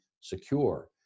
secure